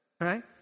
right